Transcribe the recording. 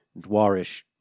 dwarish